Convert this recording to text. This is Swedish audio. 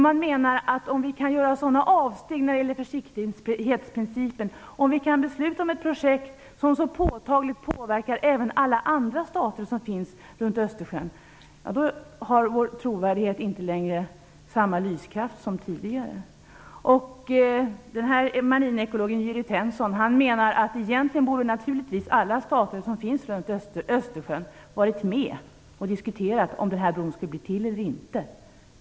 Man menar att om vi kan göra sådana avsteg när gäller försiktighetsprincipen och besluta om ett projekt som så påtagligt påverkar även alla andra stater runt Östersjön, har vår trovärdighet inte samma lyskraft som tidigare. Marinekologen Jüri Tenson menar att egentligen borde alla stater runt Östersjön ha varit med och diskuterat om den här bron skulle byggas eller inte.